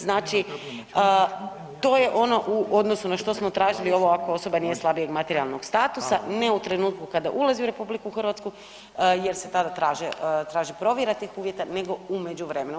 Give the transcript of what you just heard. Znači to je ono u odnosu na što smo tražili ovo ako osoba nije slabijeg materijalnog statusa, ne u trenutku kada ulazi u RH jer se tada traži provjera tih uvjeta nego u međuvremenu.